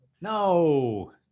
No